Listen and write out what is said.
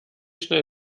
schnell